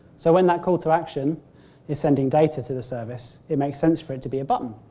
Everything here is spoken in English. so when that call to action is sending data to the service it makes sense for it to be a button.